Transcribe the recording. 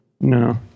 No